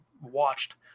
watched